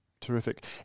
Terrific